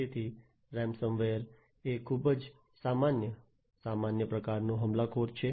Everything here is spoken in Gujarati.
તેથી રેનસમ વેર એ ખૂબ જ સામાન્ય સામાન્ય પ્રકારનો હુમલાખોર છે